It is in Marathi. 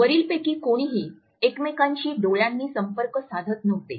वरीलपैकी कोणीही एकमेकांशी डोळ्यांनी संपर्क साधत नव्हते